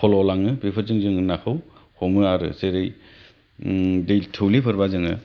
फल' लाङो बेफोरजों जों नाखौ हमो आरो जेरै दै थौलेफोरबा जोङो